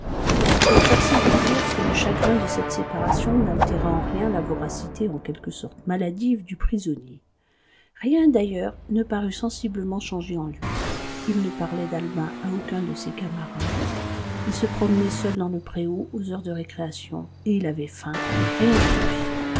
nous sommes forcé de dire que le chagrin de cette séparation n'altéra en rien la voracité en quelque sorte maladive du prisonnier rien d'ailleurs ne parut sensiblement changé en lui il ne parlait d'albin à aucun de ses camarades il se promenait seul dans le préau aux heures de récréation et il avait faim rien de plus